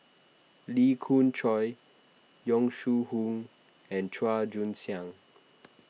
Lee Khoon Choy Yong Shu Hoong and Chua Joon Siang